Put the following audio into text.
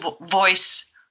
voice